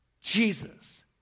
Jesus